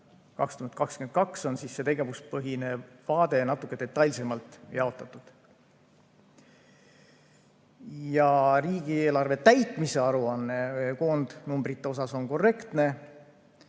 2022, on see tegevuspõhine vaade natuke detailsemalt jaotatud. Riigieelarve täitmise aruanne on koondnumbrite osas korrektne.